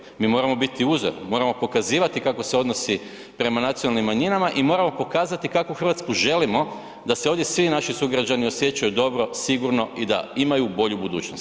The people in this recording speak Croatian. Mi moramo biti uzor, mi moramo pokazivati kako se odnosi prema nacionalnim manjinama i moramo pokazati kakvu Hrvatsku želimo da se ovdje svi naši sugrađani osjećaju dobro, sigurno i da imaju bolju budućnost.